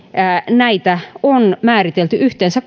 näitä on määritelty yhteensä